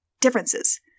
differences